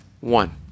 One